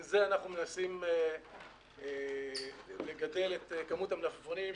עם זה אנחנו מנסים לגדל את כמות המלפפונים,